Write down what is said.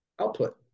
output